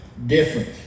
Different